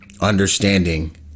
understanding